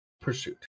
pursuit